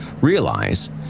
Realize